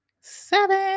seven